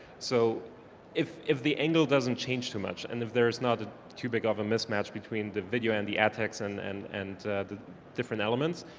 so if if the angle doesn't change too much and if there's not a too big of a mismatch between the video and the antics and and and the different elements,